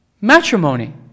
matrimony